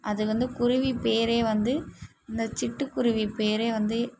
அது வந்து குருவி பேர் வந்து இந்த சிட்டுக்குருவி பேர் வந்து